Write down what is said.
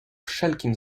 wszelkim